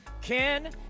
Ken